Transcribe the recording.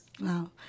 Wow